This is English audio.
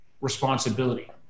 responsibility